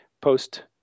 post